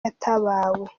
yatabawe